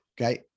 Okay